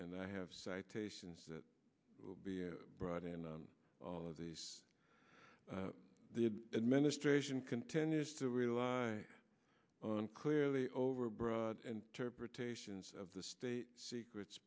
and i have citations that will be brought in all of this the administration continues to rely on clearly over broad interpretations of the state secrets